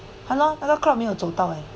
!hannor! 那个 clock 没有走到 eh